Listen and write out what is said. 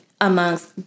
amongst